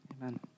amen